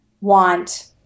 want